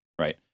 right